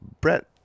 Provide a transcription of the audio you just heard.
Brett